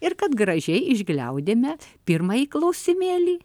ir kad gražiai išgliaudėme pirmąjį klausimėlį